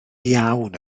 iawn